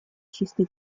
чистой